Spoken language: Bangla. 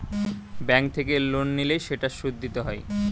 ব্যাঙ্ক থেকে লোন নিলে সেটার সুদ দিতে হয়